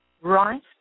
right